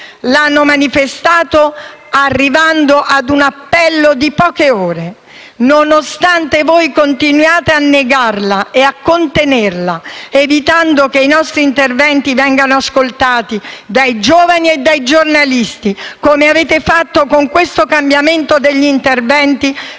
l'ha manifestata arrivando a lanciare un appello poche ore fa, nonostante voi continuiate a negarla e a contenerla, evitando che i nostri interventi vengano ascoltati dai giovani e dai giornalisti, come avete fatto con il cambiamento degli interventi